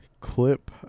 clip